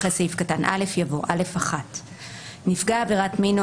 אחרי סעיף קטן (א) יבוא: "(א1)נפגע עבירת מין או